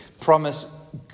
promise